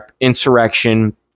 insurrection